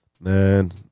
Man